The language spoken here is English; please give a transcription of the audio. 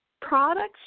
Products